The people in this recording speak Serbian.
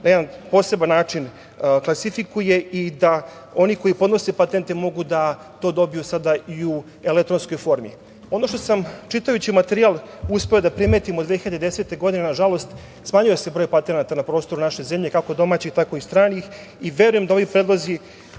na jedan poseban način klasifikuje i da oni koji podnose patente mogu da to dobiju sada i u elektronskoj formi. Ono što sam, čitajući materijal, uspeo da primetim od 2010. godine, nažalost smanjuje se broj patenata na prostoru naše zemlje, kako domaćih, tako i stranih i verujem da ovi predlozi